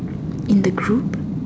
in the group